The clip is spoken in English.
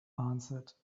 answered